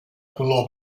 color